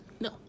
No